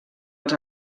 els